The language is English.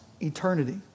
eternity